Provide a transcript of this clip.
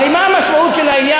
הרי מה המשמעות של העניין,